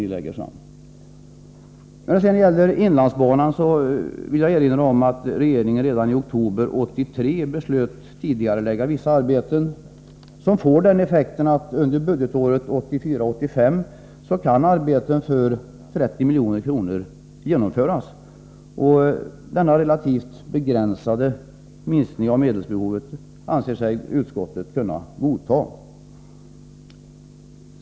När det gäller inlandsbanan vill jag erinra om att regeringen redan i oktober 1983 beslöt tidigarelägga vissa arbeten, vilket får till effekt att arbeten för 30 milj.kr. kan genomföras under budgetåret 1984/85. Denna relativt begränsade minskning av medelsbehovet anser sig utskottet kunna godta.